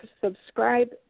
Subscribe